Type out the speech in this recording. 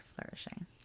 flourishing